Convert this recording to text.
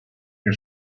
que